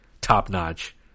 top-notch